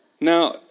Now